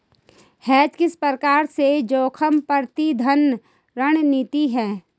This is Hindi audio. हेज किस प्रकार से जोखिम प्रबंधन रणनीति है?